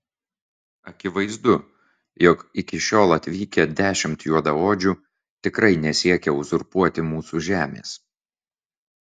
akivaizdu jog iki šiol atvykę dešimt juodaodžių tikrai nesiekia uzurpuoti mūsų žemės